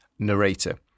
narrator